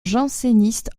janséniste